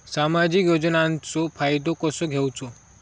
सामाजिक योजनांचो फायदो कसो घेवचो?